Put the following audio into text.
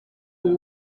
ubu